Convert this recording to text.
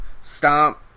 Stomp